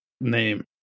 name